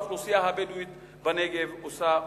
טענו שרק האוכלוסייה הבדואית בנגב עושה אותן.